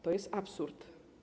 To jest absurd.